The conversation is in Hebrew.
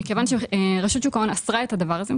מכיוון שרשות שוק ההון אסרה את הדבר הזה,